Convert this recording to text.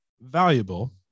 valuable